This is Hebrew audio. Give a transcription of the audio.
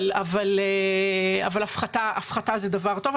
אבל הפחתה זה דבר טוב,